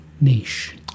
Niche